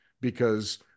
because-